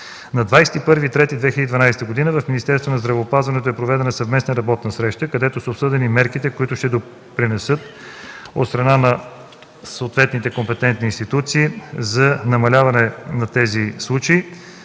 На 21 март 2012 г. в Министерството на здравеопазването е проведена съвместна работна среща, където са обсъдени мерките, които ще допринесат, от страна на съответните компетентни институции, за намаляване на тези случаи.